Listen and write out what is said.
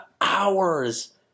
hours